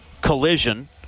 collision